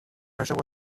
treasure